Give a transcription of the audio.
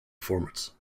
formats